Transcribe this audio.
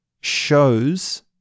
shows